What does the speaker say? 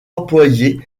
employés